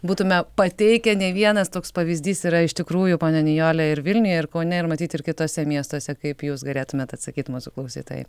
būtume pateikę ne vienas toks pavyzdys yra iš tikrųjų ponia nijole ir vilniuje ir kaune ir matyt ir kituose miestuose kaip jūs galėtumėt atsakyt mūsų klausytojai